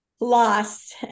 lost